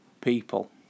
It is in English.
people